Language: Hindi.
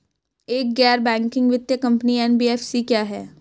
एक गैर बैंकिंग वित्तीय कंपनी एन.बी.एफ.सी क्या है?